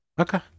Okay